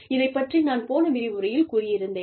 இதைப் பற்றி நான் போன விரிவுரையில் கூறியிருந்தேன்